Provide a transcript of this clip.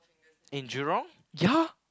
in Jurong ya